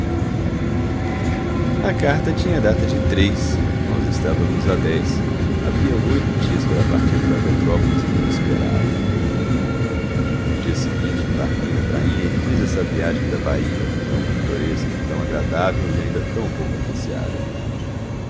a carta tinha a data de nós estávamos a havia oito dias que ela partira para petrópolis e que me esperava no dia seguinte embarquei na prainha e fiz essa viagem da baía tão pitoresca tão agradável e ainda tão pouco apreciada